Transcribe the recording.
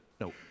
No